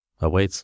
awaits